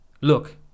look